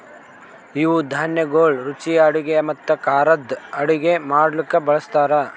ಇವು ಧಾನ್ಯಗೊಳ್ ರುಚಿಯ ಅಡುಗೆ ಮತ್ತ ಖಾರದ್ ಅಡುಗೆ ಮಾಡ್ಲುಕ್ ಬಳ್ಸತಾರ್